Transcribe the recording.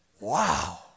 Wow